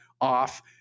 off